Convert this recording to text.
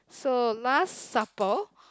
so last supper